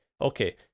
okay